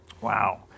Wow